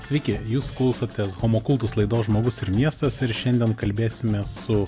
sveiki jūs klausotės homokultus laidos žmogus ir miestas ir šiandien kalbėsimės su